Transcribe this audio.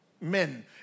men